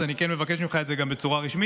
אז אני מבקש את זה ממך גם בצורה רשמית.